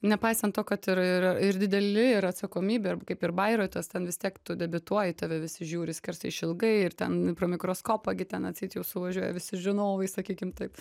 nepaisant to kad ir ir ir dideli ir atsakomybė ir kaip ir bairotas ten vis tiek tu debiutuoji į tave visi žiūri skersai išilgai ir ten pro mikroskopą gi ten atseit jau suvažiuoja visi žinovai sakykim taip